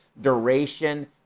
Duration